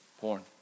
Porn